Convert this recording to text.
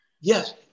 yes